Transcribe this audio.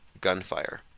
gunfire